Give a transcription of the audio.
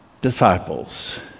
disciples